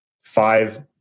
five